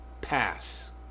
pass